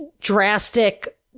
drastic